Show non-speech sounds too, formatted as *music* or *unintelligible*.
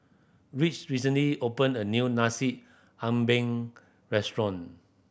Rich recently opened a new nasi *unintelligible* restaurant